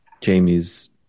Jamie's